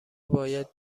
باید